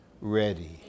ready